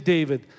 David